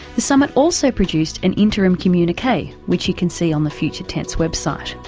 the summit also produced an interim communique, which you can see on the future tense website.